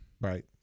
Right